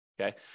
okay